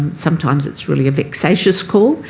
sometimes it's really a vexatious call,